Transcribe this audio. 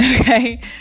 okay